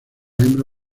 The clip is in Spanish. hembra